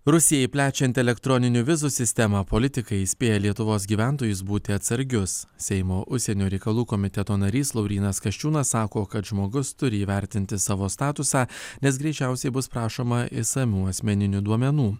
rusijai plečiant elektroninių vizų sistemą politikai įspėja lietuvos gyventojus būti atsargius seimo užsienio reikalų komiteto narys laurynas kasčiūnas sako kad žmogus turi įvertinti savo statusą nes greičiausiai bus prašoma išsamių asmeninių duomenų